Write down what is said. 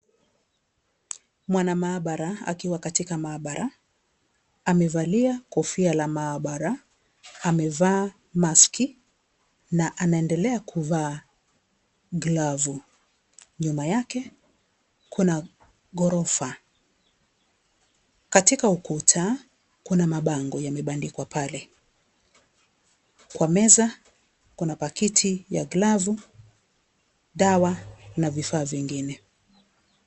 Mwana maabara akiwa katika maabara, amevalia kofia la maabara, amevaa maski na anaendelea kuvaa glavu. Nyuma yake kuna ghorofa, katika ukuta kuna mabango yamebandikwa pale, kwa meza kuna pakiti ya glavu, dawa na vifaa vingine.